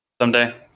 Someday